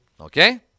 Okay